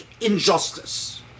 injustice